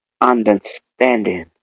understanding